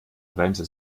bremse